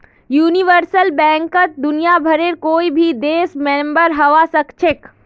universal बैंकत दुनियाभरेर कोई भी देश मेंबर हबा सखछेख